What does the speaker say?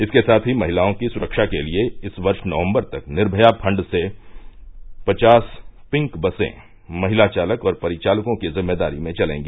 इसके साथ ही महिलाओं की सुरक्षा के लिए इस वर्ष नवम्बर तक निर्मया फंड से पचास पिंक बसे महिला चालक और परिचालकों की जिम्मेदारी में चलेंगी